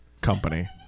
company